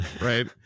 right